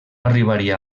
arribaria